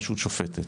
רשות שופטת.